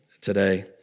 today